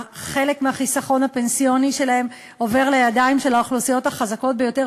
חלק מהחיסכון הפנסיוני שלהן עובר לידיים של האוכלוסיות החזקות ביותר.